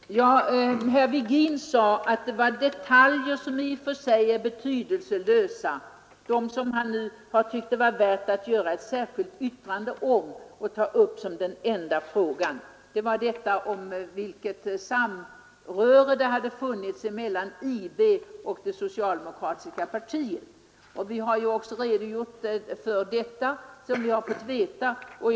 Hert talman! Herr Virgin menade att det var detaljer som i och för sig är betydelselösa men som man nu ansåg vara värda att ta upp som enda fråga i ett särskilt yttrande. Det gäller vilket samröre som hade funnits mellan IB och det socialdemokratiska partiet. Vi har också redogjort för den saken sedan vi fått kännedom om den.